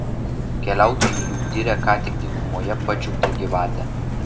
keliautojai jau diria ką tik dykumoje pačiuptą gyvatę